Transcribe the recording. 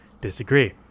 disagree